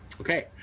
Okay